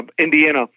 Indiana